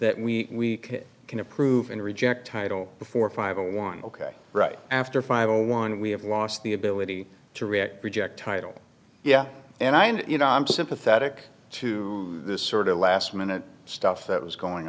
that we can approve and reject title before five a one ok right after five on one we have lost the ability to react project title yeah and i know you know i'm sympathetic to this sort of last minute stuff that was going